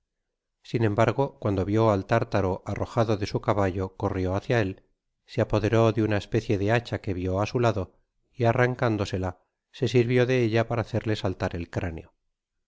sin embargo cuando vio al tártara ar rojado de su caballo corrio hacia él se apoderó de una especie de hacha que vió á su lado y arrancándosela se sirvió de ella para hacerle saltar el cráneo